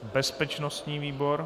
Bezpečnostní výbor.